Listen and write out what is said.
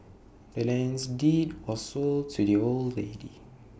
the land's deed was sold to the old lady